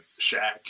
Shaq